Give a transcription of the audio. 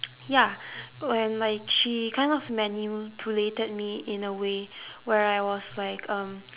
ya when like she kind of manipulated me in a way where I was like um